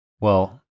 Well-